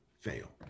fail